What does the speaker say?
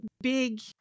big